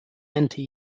anti